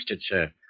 sir